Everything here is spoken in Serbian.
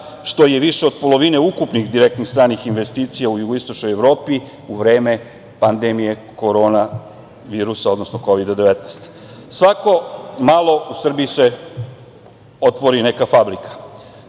što je više od polovine ukupnih direktnih stranih investicija u jugoistočnoj Evropi u vreme pandemije korona virusa, odnosno Kovida-19.Svako malo u Srbiji se otvori neka fabrika.